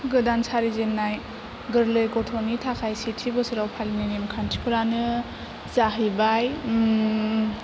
गोदान सारिजेननाय गोरलै गथ'नि थाखाय सेथि बोसोराव फालिनाय नेमखान्थिफोरानो जाहैबाय